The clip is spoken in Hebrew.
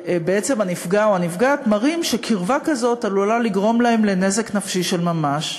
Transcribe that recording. כשהנפגע או הנפגעת מראים שקרבה כזאת עלולה לגרום להם לנזק נפשי של ממש.